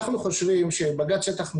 אנחנו חושבים שבג"ץ שטח מחיה,